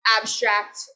abstract